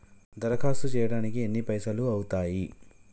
దరఖాస్తు చేయడానికి ఎన్ని పైసలు అవుతయీ?